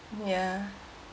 ya